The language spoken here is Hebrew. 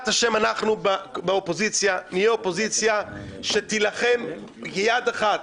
אנחנו נהיה אופוזיציה שתילחם יד אחת.